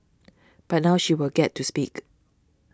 but now she will get to speak